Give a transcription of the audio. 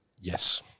Yes